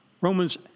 Romans